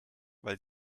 weil